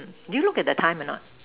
do you look at the time or not